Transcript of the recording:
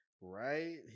Right